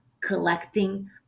collecting